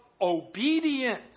obedience